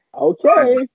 Okay